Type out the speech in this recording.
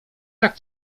tak